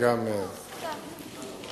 לא, תודה.